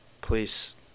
Please